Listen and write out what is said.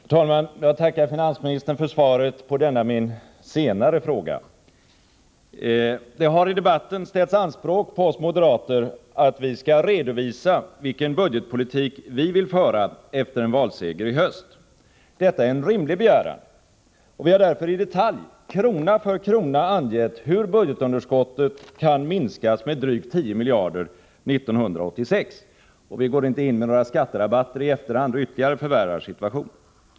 Herr talman! Jag tackar finansministern också för svaret på denna fråga. Det har i debatten ställts anspråk på oss moderater att vi skall redovisa vilken budgetpolitik vi vill föra efter en valseger i höst. Detta är en rimlig begäran, och vi har därför i detalj, krona för krona, angett hur budgetunderskottet kan minskas med drygt 10 miljarder 1986, och vi går inte in med några skatterabatter i efterhand och förvärrar situationen ytterligare.